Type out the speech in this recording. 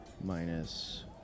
Minus